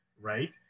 right